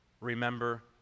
Remember